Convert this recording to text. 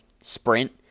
sprint